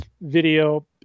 video